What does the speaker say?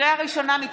לקריאה ראשונה,